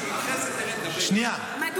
אחרי זה תרד, נדבר איתך.